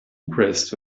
impressed